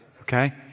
okay